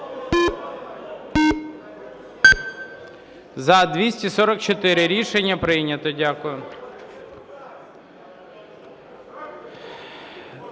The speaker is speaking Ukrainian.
За-244 Рішення прийнято. Дякую.